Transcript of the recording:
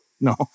no